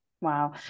Wow